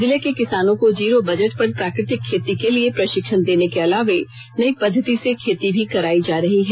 जिले के किसानों को जीरो बजट पर प्राकृतिक खेती के लिए प्रशिक्षण देने के अलावे नयी पद्धति से खेती भी करायी जा रही है